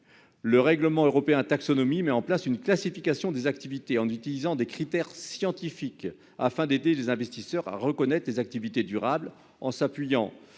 Le règlement européen Taxonomie met en place une classification des activités en utilisant des critères scientifiques, afin d'aider les investisseurs à identifier les activités durables. Il s'appuie